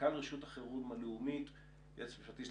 מנכ"ל רשות החירום הלאומית - יועץ משפטי של